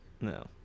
No